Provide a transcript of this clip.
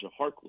Harkless